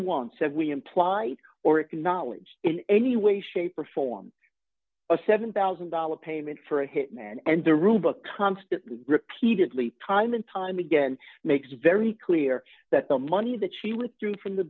once said we imply or acknowledge in any way shape or form a seven thousand dollars payment for a hitman and the rulebook constantly repeatedly time and time again makes very clear that the money that she withdrew from the